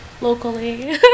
locally